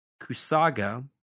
Kusaga